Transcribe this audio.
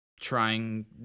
trying